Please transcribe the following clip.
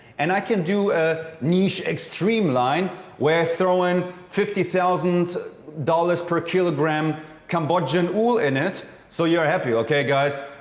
and i can do a niche extreme line where i throw in fifty thousand dollars per kilogram cambodian oud in it so you are happy. okay, guys,